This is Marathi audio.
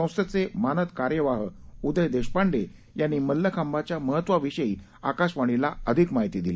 संस्थेचे मानद कार्यवाह उदय देशपांडे यांनी मल्लखांबाच्या महत्वाविषयी आकाशवाणीला अधिक माहिती दिली